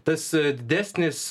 tas didesnis